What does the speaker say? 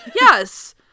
Yes